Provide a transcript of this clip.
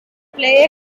play